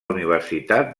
universitat